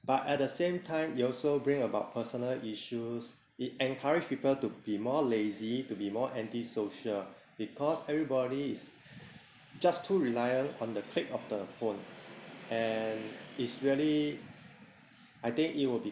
but at the same time it also bring about personal issues it encourage people to be more lazy to be more anti-social because everybody is just too reliant on the click of the phone and it's really I think it will be